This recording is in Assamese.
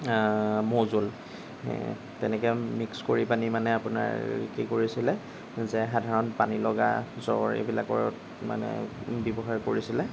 মৌজোল তেনেকে মিক্স কৰি পানি মানে আপোনাৰ কি কৰিছিলে যে সাধাৰণ পানী লগা জ্বৰত এইবিলাকত মানে ব্যৱহাৰ কৰিছিলে